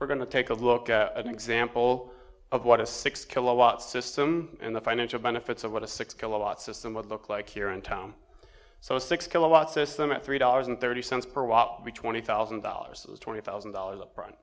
we're going to take a look at an example of what a six kilowatt system and the financial benefits of what a six kilowatt system would look like here in town so six kilowatt system at three dollars and thirty cents per watt the twenty thousand dollars or twenty thousand dollars up front